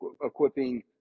equipping